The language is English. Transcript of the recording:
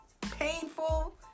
painful